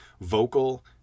vocal